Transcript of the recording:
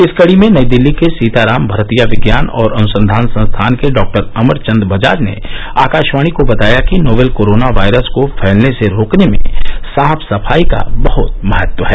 इस कड़ी में नई दिल्ली के सीताराम भरतिया विज्ञान और अनुसंधान संस्थान के डॉक्टर अमरचंद बजाज ने आकाशवाणी को बताया कि नोवेल कोरोना वायरस को फैलने से रोकने में साफ सफाई का बहत महत्व है